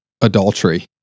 adultery